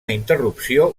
interrupció